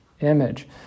image